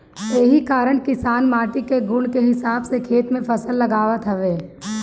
एही कारण किसान माटी के गुण के हिसाब से खेत में फसल लगावत हवे